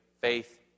Faith